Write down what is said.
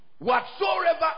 whatsoever